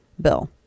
bill